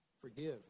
forgive